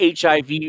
HIV